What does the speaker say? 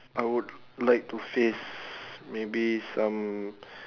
I would like to face maybe some